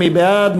מי בעד?